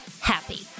happy